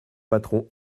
patron